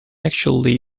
actually